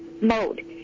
mode